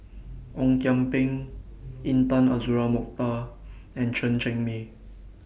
Ong Kian Peng Intan Azura Mokhtar and Chen Cheng Mei